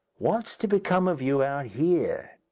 what's to become of you out here?